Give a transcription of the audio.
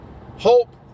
Hope